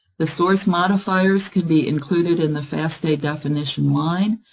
the source modifiers can be included in the fasta definition line.